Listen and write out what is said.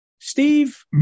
Steve